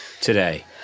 today